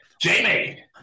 Jamie